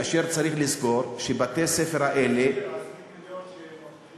צריך לזכור שבתי-הספר האלה זה 20 מיליון כשהם מרוויחים